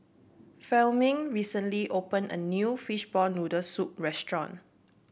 Fleming recently opened a new Fishball Noodle Soup restaurant